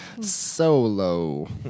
Solo